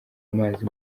amazi